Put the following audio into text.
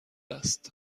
است